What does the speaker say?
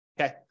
okay